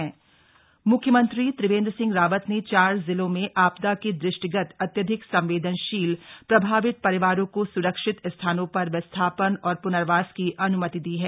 पुनर्वास म्ख्यमंत्री त्रिवेंद्र सिंह रावत ने चार जिलों में आपदा के दृष्टिगत अत्यधिक संवेदनशील प्रभावित परिवारों को सुरक्षित स्थानों पर विस्थापन और पुनर्वास की अनुमति दी है